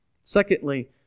Secondly